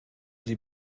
sie